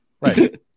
Right